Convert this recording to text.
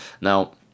now